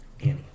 Annie